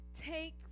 Take